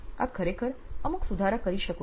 આપ ખરેખર અમુક સુધારા કરી શકો છો